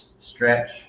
stretch